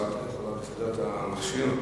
את יכולה לסדר את המכשיר?